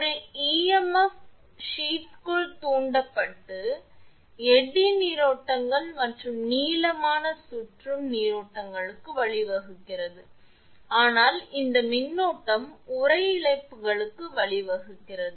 ஒரு ஈஎம்எஃப் சீத்க்குள் தூண்டப்பட்டு எடி நீரோட்டங்கள் மற்றும் நீளமான சுற்றும் நீரோட்டங்களுக்கு வழிவகுக்கிறது ஆனால் இந்த மின்னோட்டம் உறை இழப்புகளுக்கு வழிவகுக்கிறது